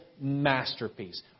masterpiece